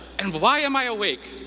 and why am i awake?